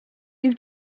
you